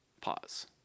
Pause